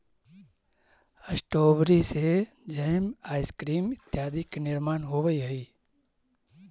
strawberry से jam, ice cream इत्यादि के निर्माण होवऽ हइ